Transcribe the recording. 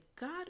God